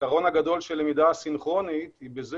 היתרון הגדול של למידה א-סינכרונית היא בזה